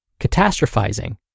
catastrophizing